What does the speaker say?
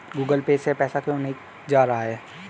Google Pay से पैसा क्यों नहीं जा रहा है?